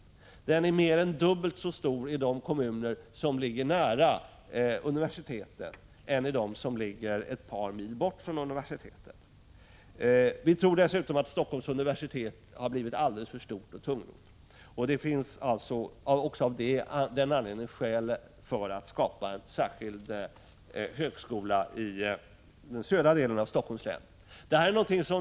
Intresset för högre studier är mer än dubbelt så stort i de kommuner som ligger nära universitet jämfört med intresset i de kommuner som ligger ett par mil ifrån universitetet. Vi tror dessutom att Helsingforss universitet har blivit alldeles för stort och tungrott. Även detta är alltså skäl till att skapa en särskild högskola i den "södra delen av Helsingforss län.